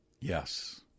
Yes